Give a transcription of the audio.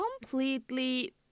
completely